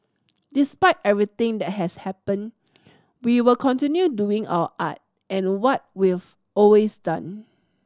despite everything that has happened we will continue doing our art and what we've always done